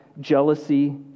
jealousy